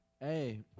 Hey